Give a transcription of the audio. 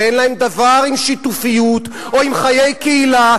ואין להן דבר עם שיתופיות או עם חיי קהילה,